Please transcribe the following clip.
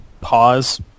pause